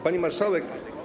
Pani Marszałek!